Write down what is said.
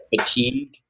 fatigue